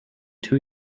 two